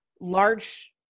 large